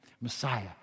Messiah